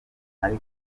nari